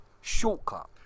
shortcut